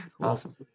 Awesome